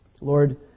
Lord